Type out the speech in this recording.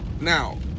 now